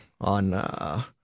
on –